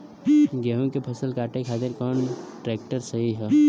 गेहूँ के फसल काटे खातिर कौन ट्रैक्टर सही ह?